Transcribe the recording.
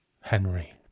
Henry